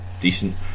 decent